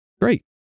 great